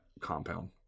compound